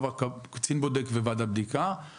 קצין בודק וועדת בדיקה זה אותו דבר.